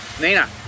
Nina